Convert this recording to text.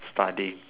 studying